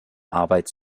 arbeit